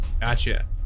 gotcha